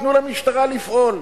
תנו למשטרה לפעול.